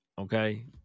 okay